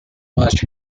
was